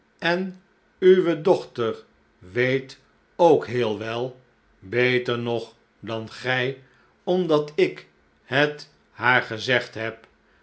en uwe dochter weet ook heel wel beter nog dan gij omdat ik het hnar gezegd heb